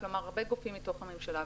כלומר, הרבה גופים מתוך ממשלה.